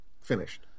finished